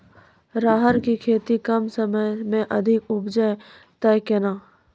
राहर की खेती कम समय मे अधिक उपजे तय केना?